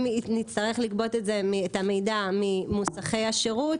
נצטרך לגבות את המידע ממוסכי השירות?